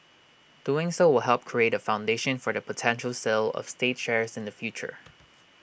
doing so will help create A foundation for the potential sale of state shares in the future